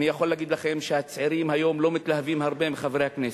אני יכול להגיד לכם שהצעירים היום לא מתלהבים מאוד מחברי הכנסת.